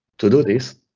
to do this,